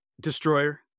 Destroyer